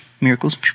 Miracles